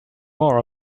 more